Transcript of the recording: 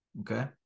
okay